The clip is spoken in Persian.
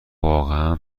واقعا